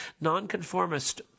nonconformist